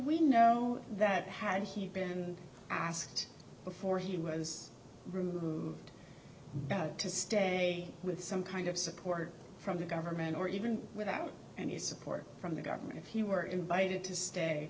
we know that had he been asked before he was removed got to stay with some kind of support from the government or even without any support from the government if you were invited to stay